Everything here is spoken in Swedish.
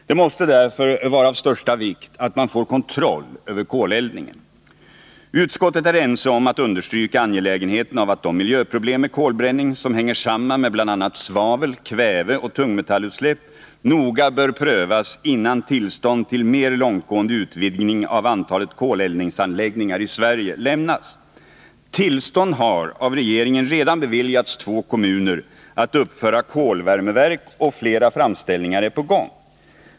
Det måste därför vara av största vikt att man får kontroll över koleldningen. Utskottet är ense om att understryka angelägenheten av att de miljöproblem med kolbränning som hänger samman med bl.a. svavel-, kväveoch tungmetallutsläpp noga bör prövas innan tillstånd till mer långtgående utvidgning av antalet koleldningsanläggningar i Sveriges lämnas. Tillstånd har av regeringen beviljats två kommuner att uppföra kolvärmeverk, och flera framställningar är på gång.